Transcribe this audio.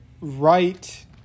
right